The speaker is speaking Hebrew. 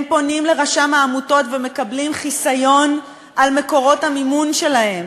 הם פונים לרשם העמותות ומקבלים חיסיון על מקורות המימון שלהם.